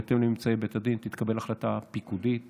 ובהתאם לממצאי בית הדין תתקבל החלטה פיקודית